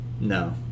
No